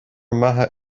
mbeatha